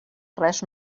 res